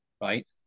right